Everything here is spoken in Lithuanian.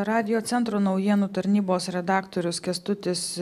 radiocentro naujienų tarnybos redaktorius kęstutis